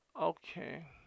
Okay